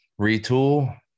retool